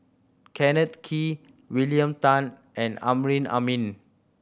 Kenneth Kee William Tan and Amrin Amin